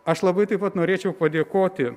aš labai taip pat norėčiau padėkoti